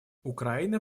украина